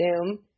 zoom